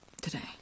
today